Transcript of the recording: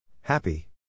Happy